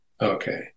Okay